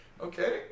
Okay